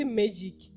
magic